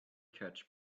catch